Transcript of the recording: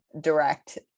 direct